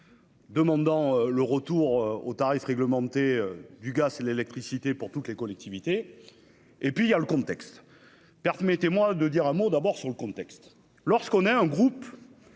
Demandant le retour aux tarifs réglementés du gaz et l'électricité pour toutes les collectivités. Et puis il y a le contexte. Permettez-moi de dire un mot d'abord sur le contexte lorsqu'on est un groupe.--